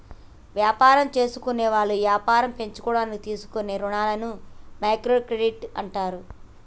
యాపారాలు జేసుకునేవాళ్ళు యాపారాలు పెంచుకోడానికి తీసుకునే రుణాలని మైక్రో క్రెడిట్ అంటారు